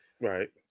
right